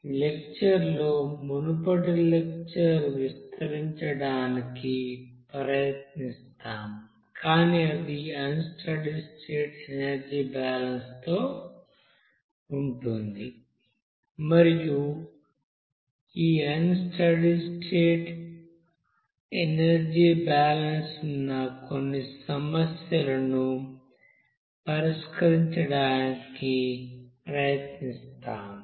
ఈ లెక్చర్ లో మునుపటి లెక్చర్ విస్తరించడానికి ప్రయత్నిస్తాము కాని అది unsteady state energy balance తో ఉంటుంది మరియు ఈ అన్ స్టడీ స్టేట్ఎనర్జీబాలన్స్ ఉన్న కొన్ని సమస్యలను పరిష్కరించడానికి ప్రయత్నిస్తాము